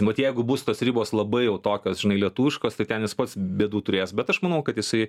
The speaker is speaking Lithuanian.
vat jeigu bus tos ribos labai jau tokios žinai lietuviškos tai ten jis pats bėdų turės bet aš manau kad jisai